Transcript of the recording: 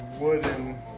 wooden